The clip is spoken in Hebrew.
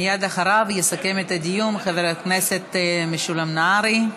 מייד אחריו יסכם את הדיון חבר הכנסת משולם נהרי.